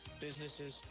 businesses